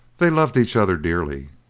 they loved each other dearly,